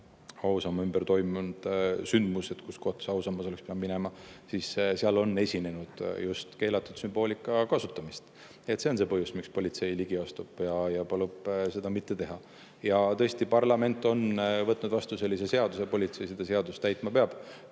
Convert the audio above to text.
ausamba ümber toimunud sündmused, kuhu kohta see ausammas oleks pidanud minema, on esinenud just keelatud sümboolika kasutamist. See on see põhjus, miks politsei ligi astub ja palub seda mitte teha. Ja tõesti, parlament on võtnud vastu sellise seaduse, politsei seda seadust täitma peab.